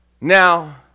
Now